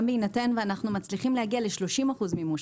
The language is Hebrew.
גם בהינתן שאנחנו מצליחים להגיע ל-30% מימוש,